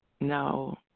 no